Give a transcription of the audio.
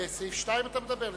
בסעיף 2 אתה מדבר?